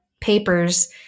papers